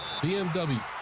BMW